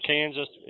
Kansas